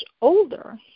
older